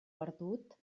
perdut